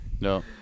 No